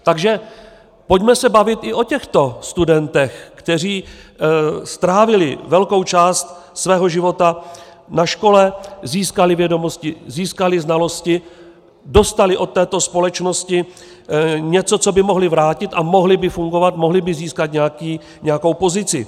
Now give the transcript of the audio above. Takže pojďme se bavit i o těchto studentech, kteří strávili velkou část svého života na škole, získali vědomosti, získali znalosti, dostali od této společnosti něco, co by mohli vrátit, a mohli by fungovat a mohli by získat nějakou pozici.